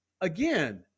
again